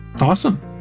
Awesome